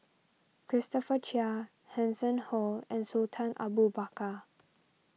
Christopher Chia Hanson Ho and Sultan Abu Bakar